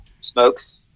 smokes